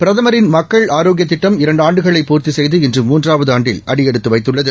பிரதமின் மக்கள் ஆரோக்கிய திட்டம் இரண்டு ஆண்டுகளை பூர்த்தி செய்து இன்று மூன்றாவது ஆண்டில் அடிபெடுத்து வைத்துள்ளது